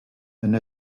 and